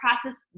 process